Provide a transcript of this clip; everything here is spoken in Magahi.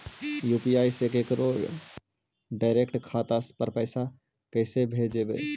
यु.पी.आई से केकरो डैरेकट खाता पर पैसा कैसे भेजबै?